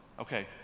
Okay